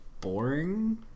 boring